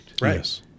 Right